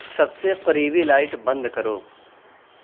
سب سے قریبی لائٹ بند کرو